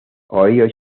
ohio